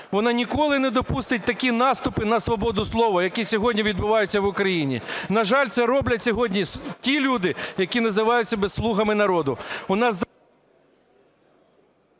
вона ніколи не допустить такі наступи на свободу слова, які сьогодні відбуваються в Україні. На жаль, це роблять сьогодні ті люди, які називають себе "слугами народу".